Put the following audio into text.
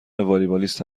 والیبالیست